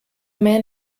man